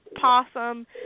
possum